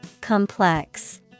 Complex